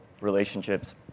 relationships